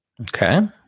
Okay